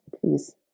please